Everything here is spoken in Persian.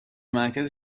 مرکز